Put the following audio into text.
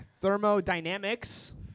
thermodynamics